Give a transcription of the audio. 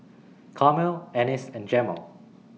Carmel Anice and Jemal